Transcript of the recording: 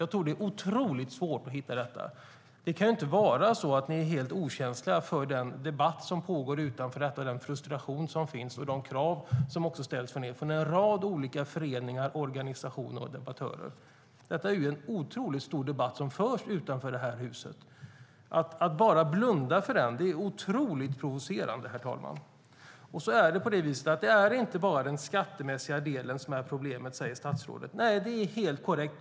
Jag tror att det är otroligt svårt att hitta någon som tycker att regeringen är på rätt väg. Ni kan inte vara helt okänsliga för den debatt som pågår utanför detta hus, för den frustration som finns och för de krav som ställs på er från en rad olika föreningar, organisationer och debattörer. Det är en stor debatt som förs utanför detta hus. Att ni bara blundar för den är otroligt provocerande. Statsrådet säger att det inte bara är den skattemässiga delen som är problemet. Nej, det är helt korrekt.